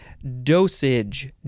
Dosage